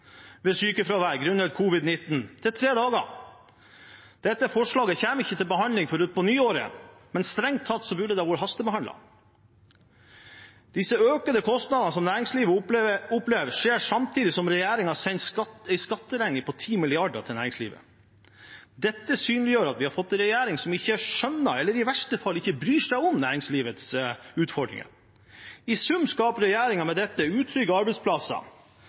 til tre dager. Dette forslaget kommer ikke til behandling før utpå nyåret, men strengt tatt burde det ha vært hastebehandlet. De økte kostnadene næringslivet har, kommer samtidig som regjeringen sender en skatteregning på 10 mrd. kr til næringslivet. Dette synliggjør at vi har fått en regjering som ikke skjønner, eller i verste fall ikke bryr seg om, næringslivets utfordringer. I sum skaper regjeringen med dette utrygge arbeidsplasser.